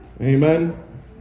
Amen